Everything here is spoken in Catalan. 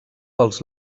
pels